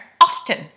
often